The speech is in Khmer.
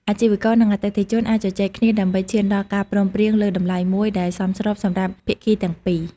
អាជីវករនិងអតិថិជនអាចជជែកគ្នាដើម្បីឈានដល់ការព្រមព្រៀងលើតម្លៃមួយដែលសមស្របសម្រាប់ភាគីទាំងពីរ។